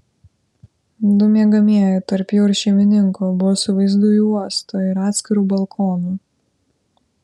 du miegamieji tarp jų ir šeimininko buvo su vaizdu į uostą ir atskiru balkonu